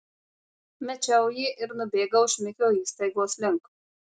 mečiau jį ir nubėgau šmikio įstaigos link